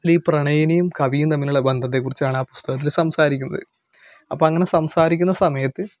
ഈ പ്രണയിനിയും കവിയും തമ്മിലുള്ള ബന്ധത്തെക്കുറിച്ചാണ് പുസ്തകത്തില് സംസാരിക്കുന്നത് അപ്പം അങ്ങനെ സംസാരിക്കുന്നസമയത്ത്